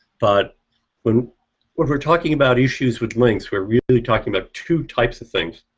but when when we're talking about issues with links we're really talking about two types of things.